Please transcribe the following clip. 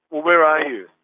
where are you?